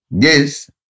Yes